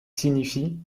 signifie